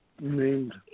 named